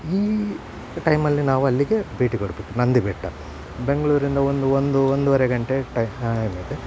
ಈ ಟೈಮಲ್ಲಿ ನಾವು ಅಲ್ಲಿಗೆ ಭೇಟಿ ಕೊಡಬೇಕು ನಂದಿ ಬೆಟ್ಟ ಬೆಂಗಳೂರಿಂದ ಒಂದು ಒಂದು ಒಂದುವರೆ ಗಂಟೆ ಟೈ